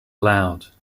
allowed